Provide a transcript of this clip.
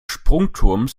sprungturms